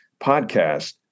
podcast